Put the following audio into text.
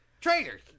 traitors